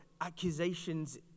accusations